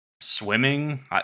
Swimming